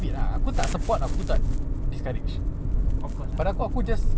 oh yes yes eh tapi dia ada isteri ada anak apa